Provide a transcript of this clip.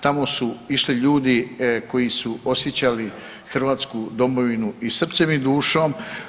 Tamo su išli ljudi koji su osjećali Hrvatsku domovinu i srcem i dušom.